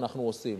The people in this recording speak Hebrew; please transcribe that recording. אנחנו עושים.